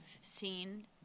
seen